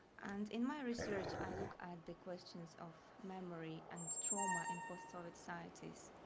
and in my research, i look at the questions of memory and trauma in post-soviet societies.